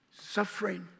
Suffering